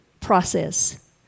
process